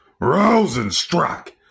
Rosenstruck